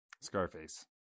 Scarface